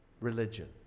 religion